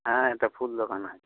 হ্যাঁ এটা ফুল দোকান আছে